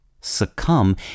Succumb